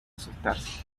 asustarse